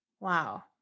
wow